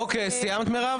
אוקיי, סיימת מירב?